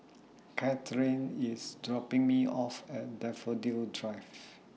Katherine IS dropping Me off At Daffodil Drive